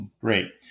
Great